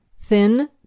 thin